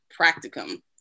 practicum